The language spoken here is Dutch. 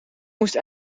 moest